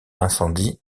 incendie